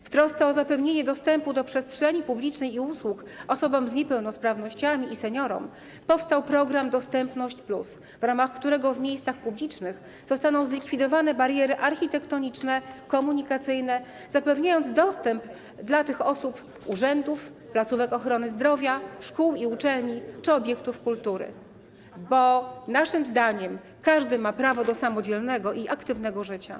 W trosce o zapewnienie dostępu do przestrzeni publicznej i usług osobom z niepełnosprawnościami i seniorom powstał program Dostępność+, w ramach którego w miejscach publicznych zostaną zlikwidowane bariery architektoniczne, komunikacyjne, dzięki czemu zapewni się tym osobom dostęp do urzędów, placówek ochrony zdrowia, szkół i uczelni czy obiektów kultury, bo naszym zdaniem każdy ma prawo do samodzielnego i aktywnego życia.